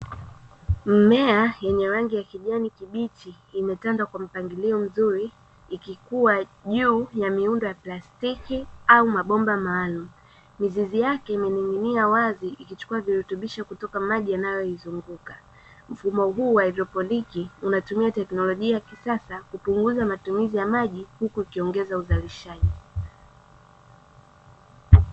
Mmea yenye rangi ya kijani kibichi imetanda kwa mpangilio mzuri ikikua juu ya miundo ya plastiki au mabomba maalumu, mizizi yake imening'inia wazi ikichukua virutubisho kutoka maji yanayoizunguka, mfumo huu wa haidroponiki unatumia teknolojia ya kisasa kupunguza matumizi ya maji huku ikiongeza uzalishaji.